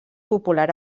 popular